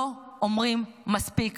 לא אומרים מספיק